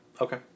Okay